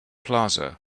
plaza